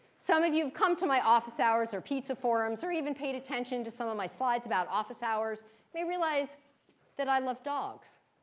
some of you have come to my office hours or pizza forums or even paid attention to some of my slides about office hours may realize that i love dogs.